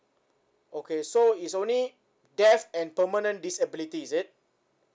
okay so is only death and permanent disability is it